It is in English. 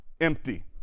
empty